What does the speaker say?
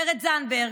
גב' זנדברג,